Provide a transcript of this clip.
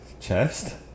chest